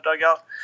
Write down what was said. dugout